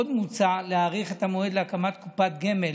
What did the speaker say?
עוד מוצע להאריך את המועד להקמת קופת גמל